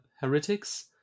Heretics